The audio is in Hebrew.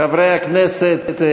חברי הכנסת,